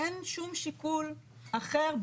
אין שום שיקול אחר,